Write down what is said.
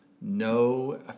no